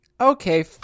Okay